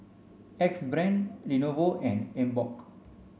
Axe Brand Lenovo and Emborg